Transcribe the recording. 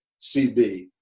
CB